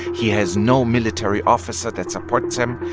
he has no military officer that supports him,